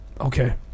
okay